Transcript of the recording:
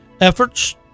efforts